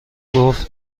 گفت